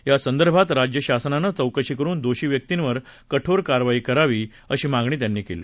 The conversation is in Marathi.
यासंदर्भात राज्य शासनाने चौकशी करून दोषी व्यक्तींवर कठोर कारवाई करावी अशी मागणी आठवले त्यांनी केली